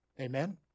Amen